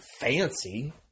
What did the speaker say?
fancy